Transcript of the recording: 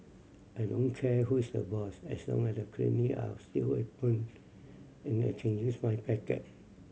I don't care who is the boss as long as the clinic are still open and I can use my package